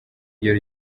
ryo